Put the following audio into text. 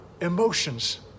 emotions